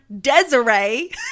Desiree